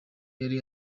yari